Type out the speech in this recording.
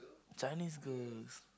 Chinese girls